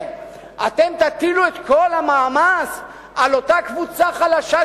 תטילו את כל המעמס על אותה קבוצה חלשה,